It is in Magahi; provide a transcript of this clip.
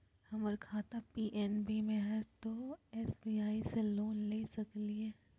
हमर खाता पी.एन.बी मे हय, तो एस.बी.आई से लोन ले सकलिए?